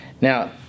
Now